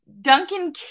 Duncan